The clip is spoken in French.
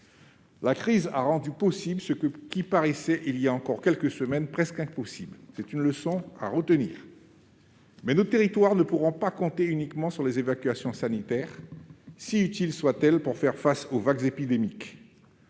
La crise a rendu possible ce qui paraissait, il y a encore quelques semaines, presque impossible. C'est une leçon à retenir. Mais nos territoires ne pourront pas compter uniquement sur les évacuations sanitaires, si utiles soient-elles, pour faire face aux vagues épidémiques.